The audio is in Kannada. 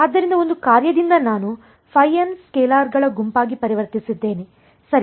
ಆದ್ದರಿಂದ ಒಂದು ಕಾರ್ಯದಿಂದ ನಾನು ϕn ಸ್ಕೇಲರ್ಗಳ ಗುಂಪಾಗಿ ಪರಿವರ್ತಿಸಿದ್ದೇನೆ ಸರಿ